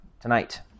tonight